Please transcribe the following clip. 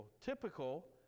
typical